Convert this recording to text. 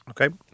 Okay